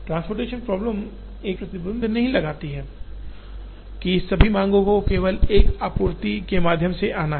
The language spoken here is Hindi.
ट्रान्सपोर्टेंशन प्रॉब्लम एक स्पष्ट प्रतिबंध नहीं लगाती है कि सभी मांगों को केवल एक आपूर्ति के माध्यम से आना है